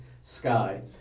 sky